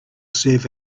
serve